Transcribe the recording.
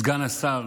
סגן השר